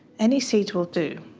any seed will do.